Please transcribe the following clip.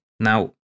Now